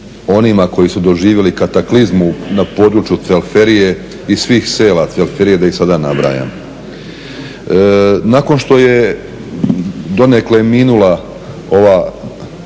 onima koji su doživjeli kataklizmu na području Cvelferije i svih sela Cvelferije, da ih sad ne nabrajam. Nakon što je donekle minula ova